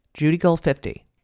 judygold50